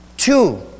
Two